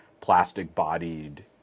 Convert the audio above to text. plastic-bodied